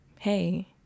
Hey